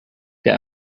der